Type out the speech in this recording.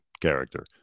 character